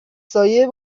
سایه